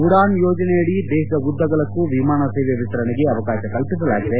ಉಡಾನ್ ಯೋಜನೆಯಡಿ ದೇಶದ ಉದ್ದಗಲಕ್ಕೂ ವಿಮಾನ ಸೇವೆ ವಿಸ್ತರಣೆಗೆ ಅವಕಾಶ ಕಲ್ಪಿಸಲಾಗಿದೆ